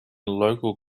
local